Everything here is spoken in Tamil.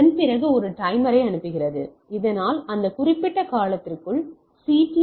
அதன்பிறகு அது ஒரு டைமரை அனுப்புகிறது இதனால் அந்த குறிப்பிட்ட காலத்திற்குள் சி